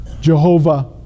Jehovah